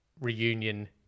reunion